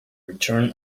return